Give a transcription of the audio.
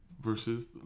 versus